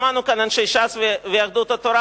שמענו כאן אנשי ש"ס ויהדות התורה,